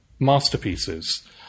Masterpieces